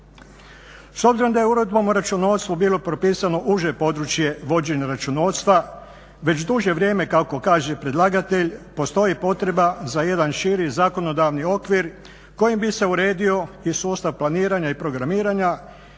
S obzirom da je Uredbom o računovodstvu bilo propisano uže područje vođenja računovodstva, već duže vrijeme kako kaže predlagatelj postoji potreba za jedan širi zakonodavni okvir kojim bi se uredio i sustav planiranja i programiranja,